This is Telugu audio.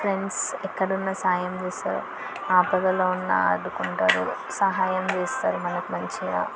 ఫ్రెండ్స్ ఎక్కడ ఉన్న సహాయం చేస్తారు ఆపదలో ఉన్న ఆదుకుంటారు సహాయం చేస్తారు మనకు మంచిగా